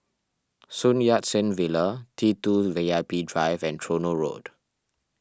Sun Yat Sen Villa T two V I P Drive and Tronoh Road